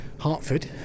Hartford